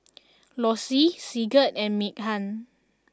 Lossie Sigurd and Meaghan